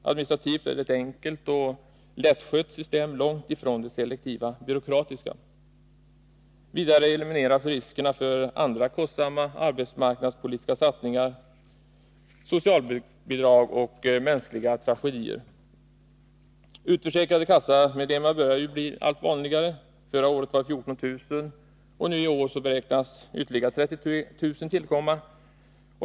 Administrativt är det ett enkelt och lättskött system långt ifrån det selektiva, byråkratiska. Vidare elimineras riskerna för andra kostsamma arbetsmarknadspolitiska satsningar, socialbidrag och mänskliga tragedier. Utförsäkrade kassamedlemmar börjar bli allt vanligare. Förra året var de 14 000, och nu i år beräknas ytterligare 33 000 tillkomma.